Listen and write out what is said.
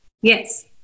Yes